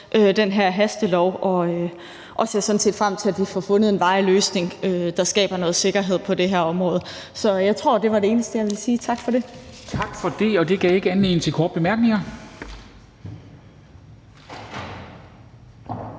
den her hastelov, og vi ser frem til, at vi får fundet en varig løsning, der skaber noget sikkerhed på det her område. Så jeg tror, det var det eneste, jeg ville sige. Tak for det. Kl. 10:10 Formanden (Henrik Dam